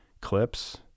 clips